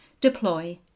deploy